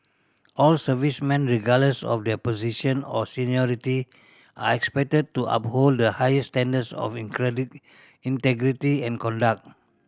all servicemen regardless of their position or seniority are expected to uphold the highest standards of integrity and conduct